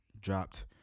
dropped